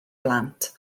blant